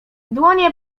dłonie